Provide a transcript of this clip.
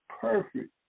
perfect